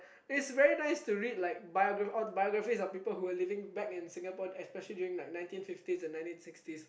it's very nice to read like biography bibliography of people who were living back in Singapore especially during like nineteen fifties and nineteen sixties